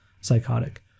psychotic